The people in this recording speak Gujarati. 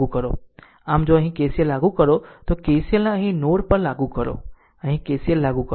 આમ જો અહીં KCL લાગુ કરો તો KCLને અહીં નોડ પર લાગુ કરો અહીં KCL લાગુ કરો